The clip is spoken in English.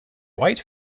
white